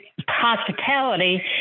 hospitality